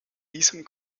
diesem